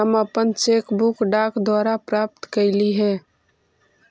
हम अपन cheque book डाक द्वारा प्राप्त कईली हे